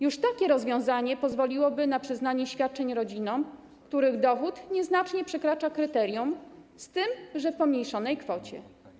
Już takie rozwiązanie pozwoliłoby na przyznanie świadczeń rodzinom, których dochód nieznacznie przekracza kryterium, z tym że w pomniejszonej kwocie.